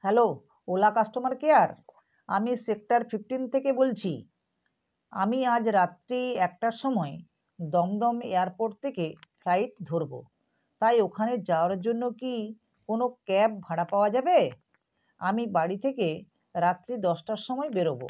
hello Ola customer care আমি sector fifteen থেকে বলছি আমি আজ রাত্রি একটার সময় দমদম এয়ারপোর্ট থেকে ফ্লাইট ধরব তাই ওখানে যাওয়ার জন্য কি কোনো ক্যাব ভাড়া পাওয়া যাবে আমি বাড়ি থেকে রাত্রি দশটার সময় বেরোব